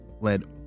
led